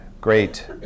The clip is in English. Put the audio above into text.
great